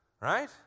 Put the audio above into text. Right